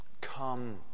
Come